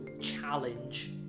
challenge